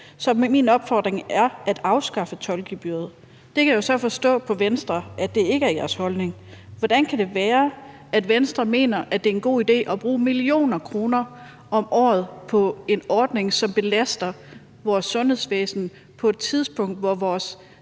Så min opfordring er, at man afskaffer tolkegebyret.« Det kan jeg jo så forstå ikke er Venstres holdning. Hvordan kan det være, at Venstre mener, at det er en god idé at bruge millioner af kroner om året på en ordning, som belaster vores sundhedsvæsen på et tidspunkt, hvor vores